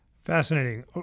Fascinating